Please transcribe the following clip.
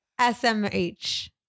SMH